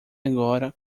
agora